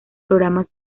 programas